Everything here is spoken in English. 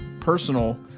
personal